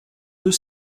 deux